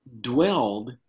dwelled